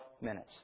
minutes